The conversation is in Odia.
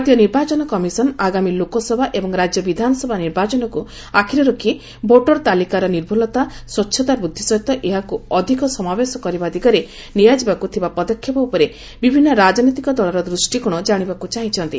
ଭାରତୀୟ ନିର୍ବାଚନ କମିଶନ ଆଗାମୀ ଲୋକସଭା ଏବଂ ରାଜ୍ୟ ବିଧାନସଭା ନିର୍ବାଚନକ୍ର ଆଖିରେ ରଖି ଭୋଟର ତାଲିକା ନିର୍ଭ୍ଦୁଲତା ସ୍ୱଚ୍ଚତା ବୃଦ୍ଧି ସହିତ ଏହାକୁ ଅଧିକ ସମାବେଶ କରିବା ଦିଗରେ ନିଆଯିବାକୁ ଥିବା ପଦକ୍ଷେପ ଉପରେ ବିଭିନ୍ନ ରାଜନୈତିକ ଦଳର ଦୃଷ୍ଟିକୋଣ ଜାଣିବାକୁ ଚାହିଁଛନ୍ତି